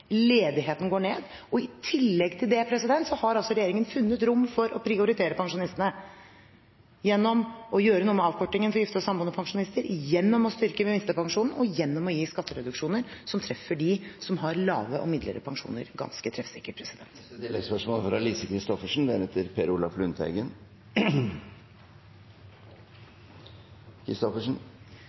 ledigheten går ned. I tillegg til det har regjeringen funnet rom for å prioritere pensjonistene gjennom å gjøre noe med avkortningen for gifte og samboende pensjonister, gjennom å styrke minstepensjonen og gjennom å gi skattereduksjoner som treffer dem som har lave og midlere pensjoner ganske treffsikkert. Lise Christoffersen – til oppfølgingsspørsmål. De første 4 000 kr til enslige minstepensjonister kommer jo ikke fra